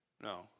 no